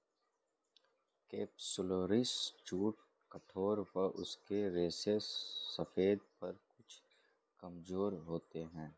capsularis जूट कठोर व इसके रेशे सफेद पर कुछ कमजोर होते हैं